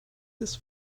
this